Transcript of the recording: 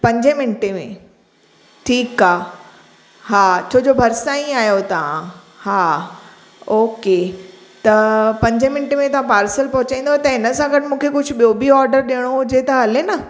पंजे मिंटे में ठीकु आहे हा छो जो भरिसां ई आहियो तव्हां हा ओके त पंजे मिंट में तव्हां पार्सल पहुचाईंदव त हिन सा गॾु मूंखे कुझु ॿियो बि ऑर्डर ॾियणो हुजे त हले न